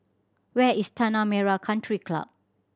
where is Tanah Merah Country Club